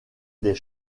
des